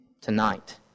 tonight